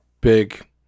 big